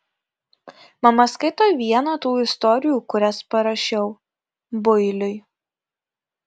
mama skaito vieną tų istorijų kurias parašiau builiui